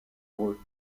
heureux